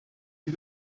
die